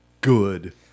good